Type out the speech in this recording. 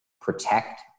protect